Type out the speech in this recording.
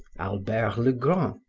albert le grand,